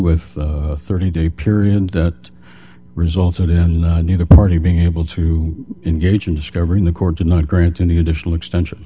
with thirty day period that resulted in neither party being able to engage in discovering the court did not grant any additional extension